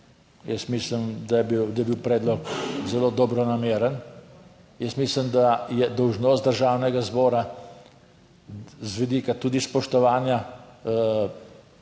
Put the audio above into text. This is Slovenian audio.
da je bil, da je bil predlog zelo dobronameren. Jaz mislim, da je dolžnost Državnega zbora z vidika tudi spoštovanja